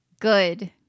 good